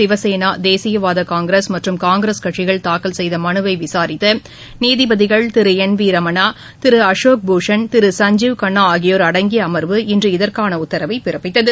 சிவசேனா தேசியவாத காங்கிரஸ் மற்றும் காங்கிரஸ் கட்சி தாக்கல் செய்த மனுவை விசாரித்த நீதிபதிகள் திரு என் வி ரமணா திரு அளேக் பூஷன் திரு சஞ்சீவ் கன்னா ஆகியோர் அடங்கிய அம்வு இன்று இதற்கான உத்தரவை பிறப்பித்தது